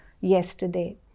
yesterday